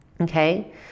okay